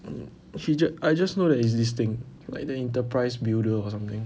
um she ju~~ I just know that it's this thing like the enterprise builder or something